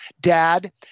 Dad